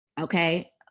okay